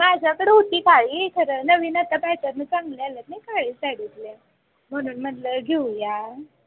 माझ्याकडे होती काळी सगळ्या नवीन आता पायटर्नं चांगले आलं होतं ना काळी साडीतल्या म्हणून म्हणलं घेऊया